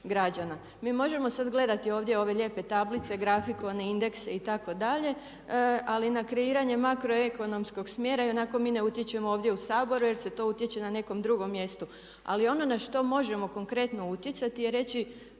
Mi možemo sad gledati ovdje ove lijepe tablice, grafikone, indekse itd. ali na kreiranje makroekonomskog smjera ionako mi ne utječemo ovdje u Saboru jer se to utječe na nekom drugom mjestu. Ali ono na što možemo konkretno utjecati je reći